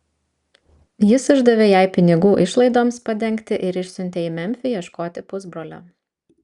jis išdavė jai pinigų išlaidoms padengti ir išsiuntė į memfį ieškoti pusbrolio